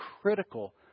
critical